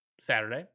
Saturday